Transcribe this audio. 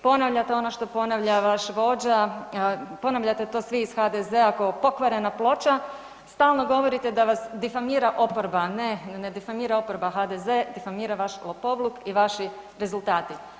Ponavljate ono što ponavlja vaš vođa, ponavljate to svi iz HDZ-a kao pokvarena ploča, stalno govorite da vas difamira oporba, a ne, ne difamira oporba HDZ difamira vaš lopovluk i vaši rezultati.